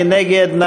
מי נגד?